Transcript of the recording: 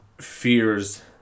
Fears